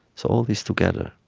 so all this together,